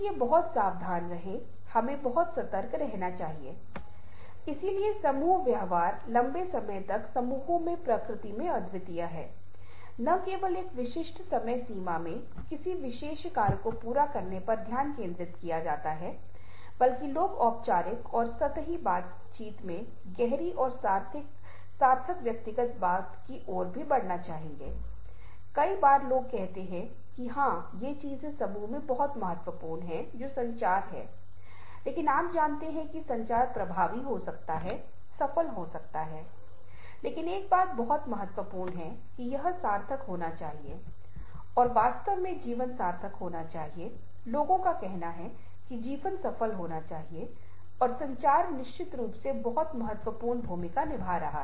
अगर आप तस्वीरों को देखें तो आप करीब से देखेंगे कि यहाँ एक आदमी टीवी के सामने बहुत कम समय बिता रहा है और उसकी पत्नी बहुत ही दयनीय है और एक दुखी के अनुसार उसकी ज़िंदगी बना रही है और फिर वह एक तरह से बाहर निकलने के बारे में सोच रहा है और एक दिन जब वे कहीं मिलते हैं और आप देख सकते हैं कि वह गोली मारता है और 6 धमाके होते हैं और 3 क्लिक उसकी हताशा के स्तर को इंगित करते हैं क्योंकि हत्या खत्म हो गई है लेकिन वह ट्रिगर पर क्लिक करता रहता है और फिर वह आगे बढ़ने की योजना बना रहा है यह छवि अपने आप में बहुत सारे अर्थ व्यक्त करती है